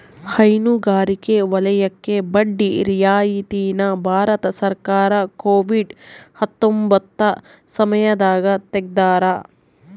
ಹೈನುಗಾರಿಕೆ ವಲಯಕ್ಕೆ ಬಡ್ಡಿ ರಿಯಾಯಿತಿ ನ ಭಾರತ ಸರ್ಕಾರ ಕೋವಿಡ್ ಹತ್ತೊಂಬತ್ತ ಸಮಯದಾಗ ತೆಗ್ದಾರ